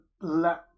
let